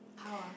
how ah